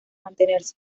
mantenerse